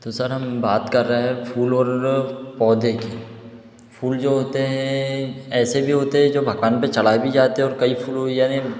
तो सर हम बात कर रहे हैं फूल और पौधे की फूल जो होते ऐसे भी होते हैं जो भगवान पे चढ़ाए भी जाते है और कई फूलों यानि